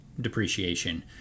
depreciation